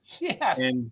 Yes